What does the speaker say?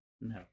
No